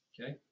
Okay